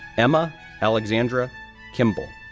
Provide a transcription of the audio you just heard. emma alexandra kimble,